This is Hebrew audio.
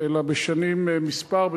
אלא בשנים מספר,